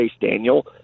Daniel